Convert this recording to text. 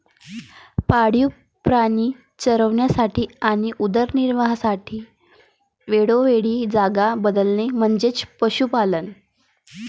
पाळीव प्राणी चरण्यासाठी आणि उदरनिर्वाहासाठी वेळोवेळी जागा बदलणे म्हणजे पशुपालन